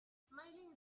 smiling